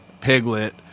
Piglet